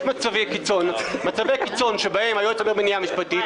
יש מצבי קיצון בהם היועץ המשפטי מוצא מניעה משפטית,